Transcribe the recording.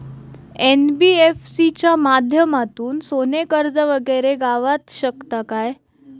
NBFC च्या माध्यमातून सोने कर्ज वगैरे गावात शकता काय?